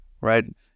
right